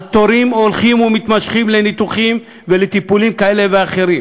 על תורים הולכים ומתמשכים לניתוחים ולטיפולים כאלה ואחרים,